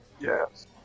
Yes